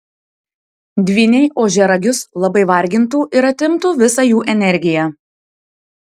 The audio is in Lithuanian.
dvyniai ožiaragius labai vargintų ir atimtų visą jų energiją